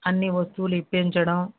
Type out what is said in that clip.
అన్నీ వస్తువులు ఇప్పించడం